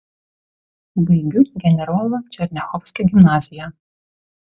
baigiu generolo černiachovskio gimnaziją